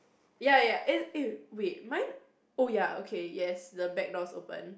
ya ya eh eh wait mine oh ya okay yes the back door's open